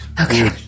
Okay